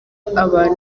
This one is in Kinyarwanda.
abantu